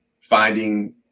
finding